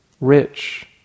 rich